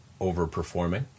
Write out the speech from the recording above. overperforming